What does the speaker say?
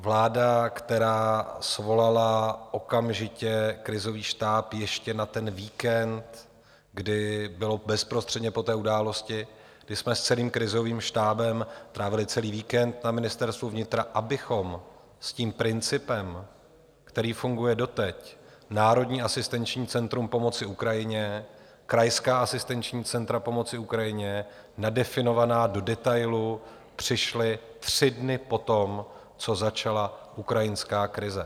Vláda, která svolala okamžitě krizový štáb ještě na ten víkend, kdy bylo bezprostředně po té události, kdy jsme s celým krizovým štábem strávili celý víkend na Ministerstvu vnitra, abychom s tím principem, který funguje doteď, Národní asistenční centrum pomoci Ukrajině, Krajská asistenční centra pomoci Ukrajině, nadefinovaná do detailu, přišli tři dny po tom, co začala ukrajinská krize?